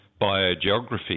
biogeography